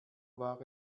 war